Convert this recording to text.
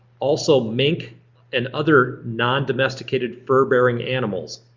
also mink and other nondomesticated fur-bearing animals.